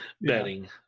betting